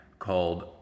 called